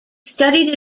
studied